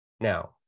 now